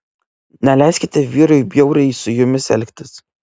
neleiskite vyrui bjauriai su jumis elgtis